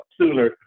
sooner